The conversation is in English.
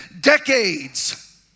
decades